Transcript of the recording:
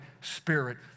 Spirit